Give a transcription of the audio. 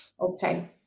Okay